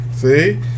See